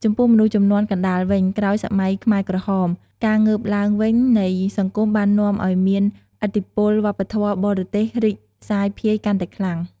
ចំពោះមនុស្សជំនាន់កណ្ដាលវិញ ក្រោយសម័យខ្មែរក្រហម ការងើបឡើងវិញនៃសង្គមបាននាំឲ្យមានឥទ្ធិពលវប្បធម៌បរទេសរីកសាយភាយកាន់តែខ្លាំង។